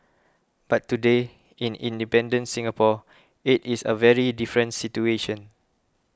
but today in independent Singapore it is a very different situation